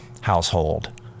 household